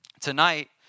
tonight